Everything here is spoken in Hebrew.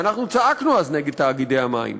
ואנחנו צעקנו אז כנגד תאגידי המים,